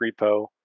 repo